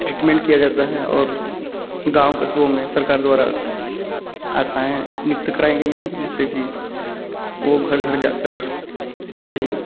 treatment किया जाता है और गाँव कस्बों में सरकार द्वारा आशाएँ नित्य कराई गई हैं जिससे कि वो घर घर जाकर सभी